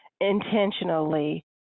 intentionally